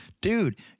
dude